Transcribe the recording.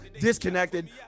disconnected